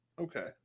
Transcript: Okay